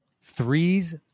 Three's